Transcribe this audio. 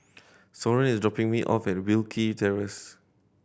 Soren is dropping me off at Wilkie Terrace